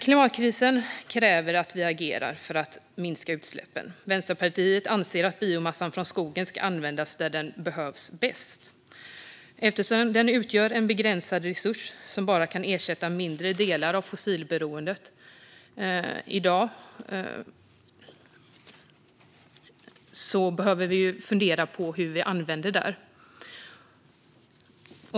Klimatkrisen kräver att vi agerar för att minska utsläppen. Vänsterpartiet anser att biomassan från skogen ska användas där den bäst behövs, eftersom den utgör en begränsad resurs som bara kan ersätta mindre delar av fossilberoendet. I dag behöver vi fundera på hur vi använder den.